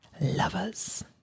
lovers